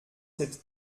cette